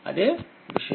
అదే విషయం